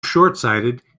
shortsighted